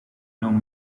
non